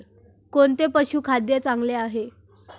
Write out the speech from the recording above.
कोणते पशुखाद्य चांगले आहे?